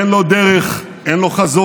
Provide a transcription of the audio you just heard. אין לו דרך, אין לו חזון,